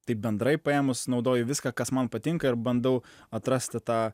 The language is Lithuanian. taip bendrai paėmus naudoju viską kas man patinka ir bandau atrasti tą